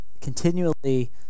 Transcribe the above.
continually